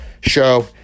show